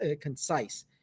concise